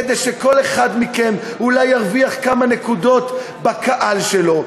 כדי שכל אחד מכם אולי ירוויח כמה נקודות בקהל שלו,